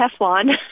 Teflon